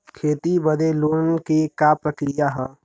खेती बदे लोन के का प्रक्रिया ह?